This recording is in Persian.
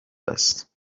است